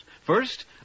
First